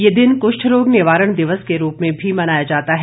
ये दिन कुष्ठरोग निवारण दिवस के रूप में भी मनाया जाता है